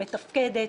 מתפקדת,